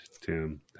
Tim